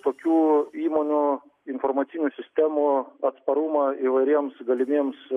tokių įmonių informacinių sistemų atsparumą įvairiems galimiems